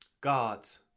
Gods